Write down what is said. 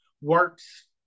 works